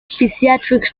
psychiatric